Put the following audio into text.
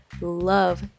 love